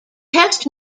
test